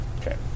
Okay